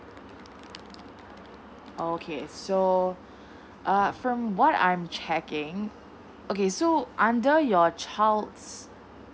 okay so err from what I'm checking okay so under your child's